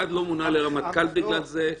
אחד לא מונה לרמטכ"ל בגלל זה,